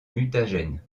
mutagène